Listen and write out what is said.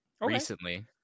recently